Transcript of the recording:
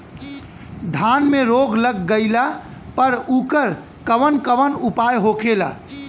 धान में रोग लग गईला पर उकर कवन कवन उपाय होखेला?